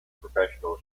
professional